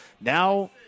Now